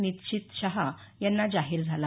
निशित शहा यांना जाहीर झाला